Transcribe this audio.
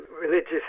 religious